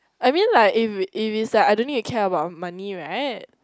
I mean like if if is like I don't need to care about the money right